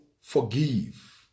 forgive